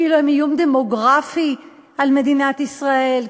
כאילו הם איום דמוגרפי על מדינת ישראל,